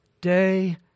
day